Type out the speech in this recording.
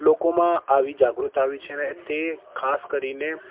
લોકોમાં આવી જાગૃકતા આવી છે ને તે ખાસ કરીને